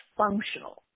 functional